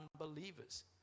unbelievers